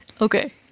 Okay